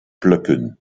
plukken